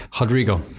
Rodrigo